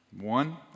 One